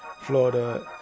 Florida